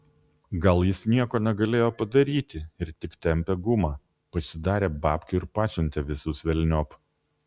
gal jis nieko negalėjo padaryti ir tik tempė gumą pasidarė babkių ir pasiuntė visus velniop